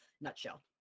nutshell